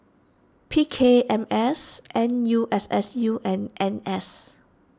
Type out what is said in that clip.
P K M S N U S S U and N S